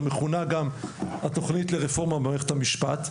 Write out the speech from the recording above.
המכונה גם התוכנית לרפורמה במערכת המשפט,